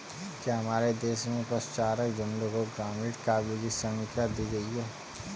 क्या हमारे देश में पशुचारक झुंड को ग्रामीण काव्य की संज्ञा दी गई है?